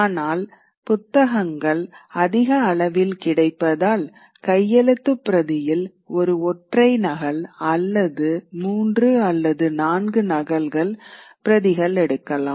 ஆனால் புத்தகங்கள் அதிக அளவில் கிடைப்பதால் கையெழுத்துப் பிரதியில் ஒரு ஒற்றை நகல் அல்லது மூன்று அல்லது நான்கு நகல்கள் பிரதிகள் எடுக்கலாம்